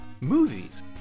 movies